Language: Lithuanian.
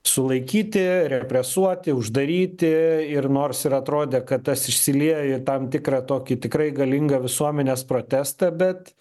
sulaikyti represuoti uždaryti ir nors ir atrodė kad tas išsilieja į tam tikrą tokį tikrai galingą visuomenės protestą bet